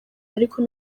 ariko